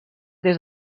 des